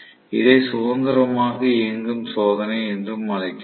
இதை சுதந்திரமாக இயங்கும் சோதனை என்றும் அழைக்கிறோம்